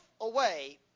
away